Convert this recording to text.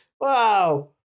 wow